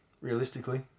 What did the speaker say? realistically